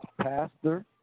Pastor